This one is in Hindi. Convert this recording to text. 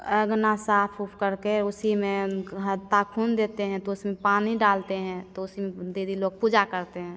अगना साफ उफ करके उसी में हाता खोल देते हैं तो उसमें पानी डालते हैं तो उसी में दीदी लोग पूजा करते हैं